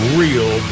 real